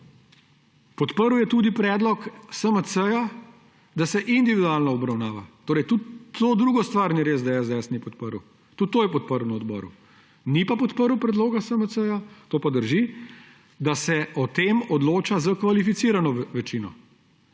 Podprl je tudi predlog SMC, da se individualno obravnava. Torej tudi za to drugo stvar ni res, da je SDS ni podprl. Tudi to je podprl na odboru. Ni pa podprl predloga SMC, to pa drži, da se o tem odloča s kvalificirano večino,